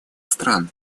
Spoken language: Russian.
стран